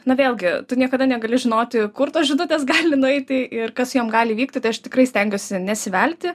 na vėlgi tu niekada negali žinoti kur tos žinutės gali nueiti ir kas su jom gali įvykti tai aš tikrai stengiuosi nesivelti